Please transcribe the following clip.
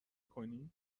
کنی